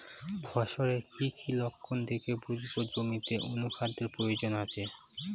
ফসলের কি কি লক্ষণ দেখে বুঝব জমিতে অনুখাদ্যের প্রয়োজন আছে?